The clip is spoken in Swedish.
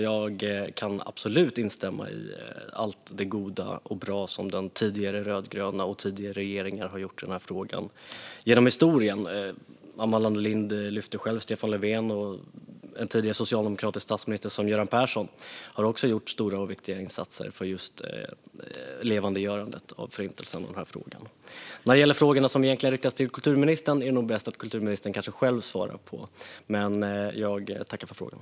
Jag kan absolut instämma i allt det goda som den rödgröna regeringen och andra tidigare regeringar har gjort i den här frågan genom historien. Amanda Lind lyfte själv fram Stefan Löfven, och även den socialdemokratiske statsministern Göran Persson har gjort stora och viktiga insatser för just levandegörandet av Förintelsen. De frågor som egentligen riktas till kulturministern är det nog bäst att hon själv får svara på. Men jag tackar för frågorna.